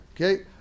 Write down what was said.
Okay